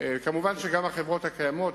מובן שגם החברות הקיימות,